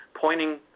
pointing